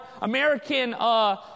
American